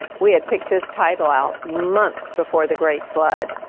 we had picked this title out months before the great flood.